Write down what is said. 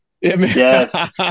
Yes